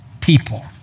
people